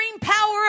power